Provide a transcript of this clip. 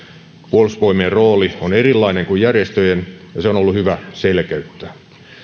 puolustusvoimien rooli on erilainen kuin järjestöjen ja sitä on ollut hyvä selkeyttää